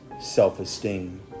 self-esteem